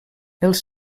els